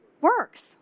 works